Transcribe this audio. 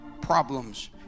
problems